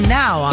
now